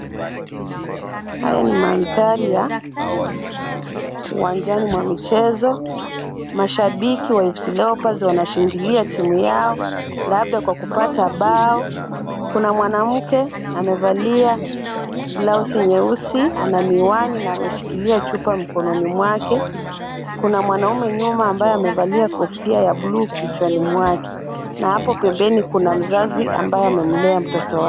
Haya ni mandhari ya uwanjani mwa michezo ,mashabiki wa FC Leopards wanashangilia timu yao labda kwa kupata bao ,kuna mwanamke amevalia blausi nyeusi ana miwani na ameshikilia chupa mkononi mwake .Kuna mwanamme nyuma ambaye amevalia kofia ya bluu kichwani mwake, na hapo pembeni kuna mzazi ambaye amemlea mtoto wake.